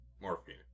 morphine